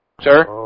Sir